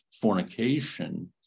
fornication